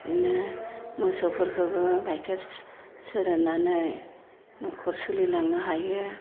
बिदिनो मोसौफोरखौबो गाइखेर सेरनानै न'खर सोलिलांनो हायो